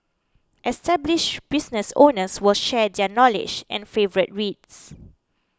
established businesses owners will share their knowledge and favourite reads